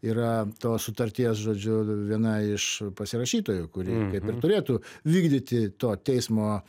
yra tos sutarties žodžiu viena iš pasirašytojų kuri kaip ir turėtų vykdyti to teismo